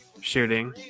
shooting